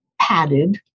padded